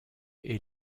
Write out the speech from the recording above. est